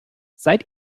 seit